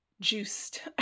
juiced